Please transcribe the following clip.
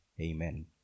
Amen